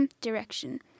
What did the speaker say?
Direction